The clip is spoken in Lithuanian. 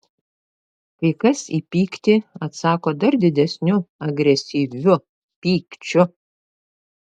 kai kas į pyktį atsako dar didesniu agresyviu pykčiu